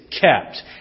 kept